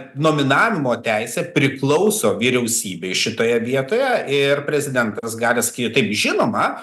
nominavimo teisė priklauso vyriausybei šitoje vietoje ir prezidentas gali sakyt taip žinoma